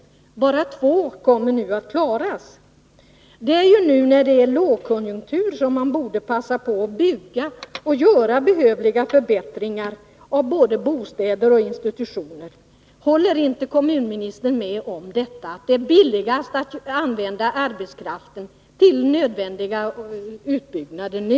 Bara två av dessa sjukhem kommer nu att klaras. Det är nu, när det är lågkonjunktur, som man borde passa på att bygga och göra behövliga förbättringar av både bostäder och institutioner. Håller inte kommunministern med om att det är billigast att använda arbetskraften till nödvändiga utbyggnader nu?